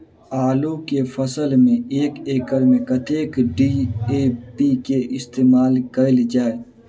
आलु केँ फसल मे एक एकड़ मे कतेक डी.ए.पी केँ इस्तेमाल कैल जाए?